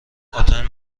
آتن